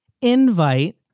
invite